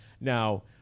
now